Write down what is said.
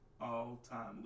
all-time